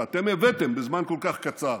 שאתם הבאתם בזמן כל כך קצר.